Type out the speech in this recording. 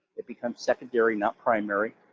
it becomes secondary, not primary.